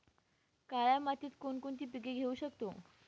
काळ्या मातीत कोणकोणती पिके घेऊ शकतो?